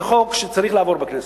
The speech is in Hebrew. זה חוק שצריך לעבור בכנסת.